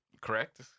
Correct